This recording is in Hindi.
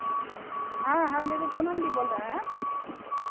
हाँ हम दीदी पूनम दीदी बोल रहे हैं